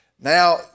Now